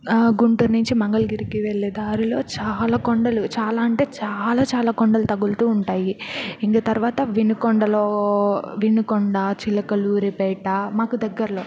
గుంటూరు నుంచి మంగళగిరికి వెళ్ళే దారిలో చాలా కొండలు చాలా అంటే చాలా చాలా కొండలు తగులుతూ ఉంటాయి ఇంక తర్వాత వినుకొండలో వినుకొండ చిలకలూరిపేట మాకు దగ్గరలో